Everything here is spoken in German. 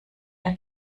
der